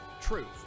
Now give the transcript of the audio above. truth